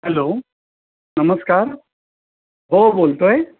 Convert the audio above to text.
hello नमस्कार हो बोलतो आहे